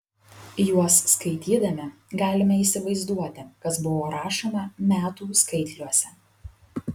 juos skaitydami galime įsivaizduoti kas buvo rašoma metų skaitliuose